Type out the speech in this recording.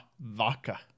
vodka